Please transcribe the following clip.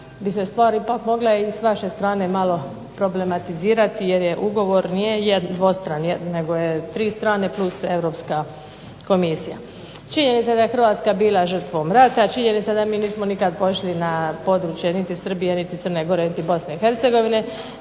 bi se stvari ipak mogle i s vaše strane malo problematizirati jer ugovor nije dvostran nego je tri strane plus Europska komisija. Činjenica da je Hrvatska bila žrtvom rata, činjenica da mi nismo nikad pošli na područje niti Srbije niti Crne Gore niti BiH, činjenica